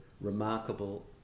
remarkable